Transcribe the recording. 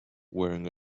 wearing